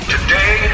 Today